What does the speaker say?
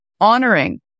honoring